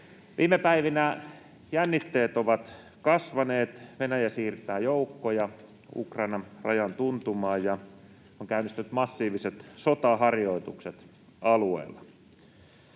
Viime päivinä jännitteet ovat kasvaneet. Venäjä siirtää joukkoja Ukrainan rajan tuntumaan ja on käynnistänyt massiiviset sotaharjoitukset alueella.